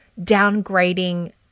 downgrading